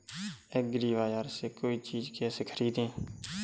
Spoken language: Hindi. एग्रीबाजार से कोई चीज केसे खरीदें?